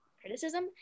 criticism